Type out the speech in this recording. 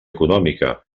econòmica